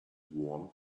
warm